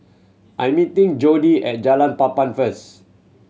I'm meeting Jordy at Jalan Papan first